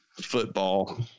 football